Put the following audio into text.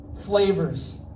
flavors